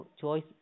choice